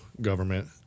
government